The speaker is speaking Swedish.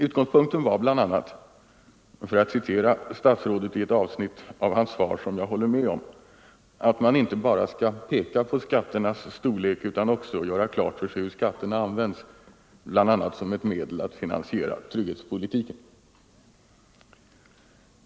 Utgångspunkten var bl.a., för att citera statsrådet i ett avsnitt av hans svar som jag håller med om, att man inte bara skall ”peka på skatternas storlek utan också göra klart för sig hur skatterna används bl.a. som ett medel att finansiera trygghetspolitiken”.